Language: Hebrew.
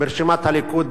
ברשימת הליכוד